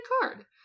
card